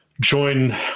join